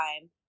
time